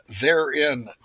therein